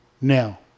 Now